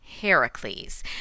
Heracles